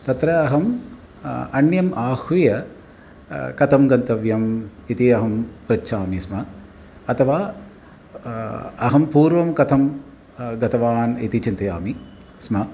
तत्र अहम् अन्यम् आहूय कथं गन्तव्यम् इति अहं पृच्छामि स्म अथवा अहं पूर्वं कथं गतवान् इति चिन्तयामि स्म